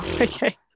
Okay